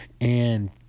And